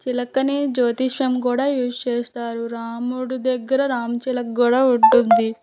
చిలకని జ్యోతిష్యం కూడా యూజ్ చేస్తారు రాముడి దగ్గర రామచిలక కూడా ఉంటుంది